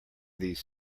these